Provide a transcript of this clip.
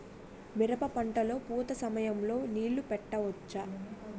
మిరప పంట లొ పూత సమయం లొ నీళ్ళు పెట్టవచ్చా?